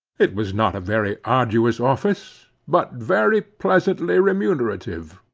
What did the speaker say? it was not a very arduous office, but very pleasantly remunerative.